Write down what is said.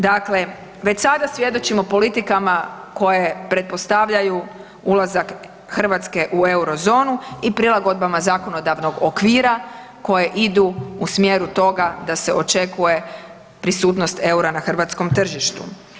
Dakle, već sada svjedočimo politikama koje pretpostavljaju ulazak Hrvatske u Eurozonu i prilagodbama zakonodavnog okvira koje idu u smjeru toga da se očekuje prisutnost EUR-a na hrvatskom tržištu.